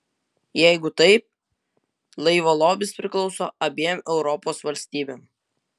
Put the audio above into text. jeigu taip laivo lobis priklauso abiem europos valstybėms